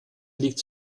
liegt